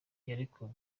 yarekuye